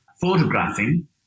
photographing